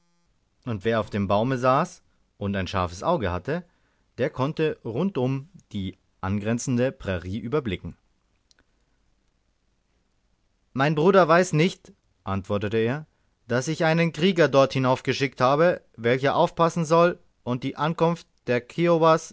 und wer auf dem baume saß und ein scharfes auge hatte der konnte rundum die angrenzende prairie überblicken mein bruder weiß nicht antwortete er daß ich einen krieger dort hinaufgeschickt habe welcher aufpassen soll und die ankunft der kiowas